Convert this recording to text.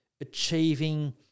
achieving